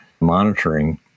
monitoring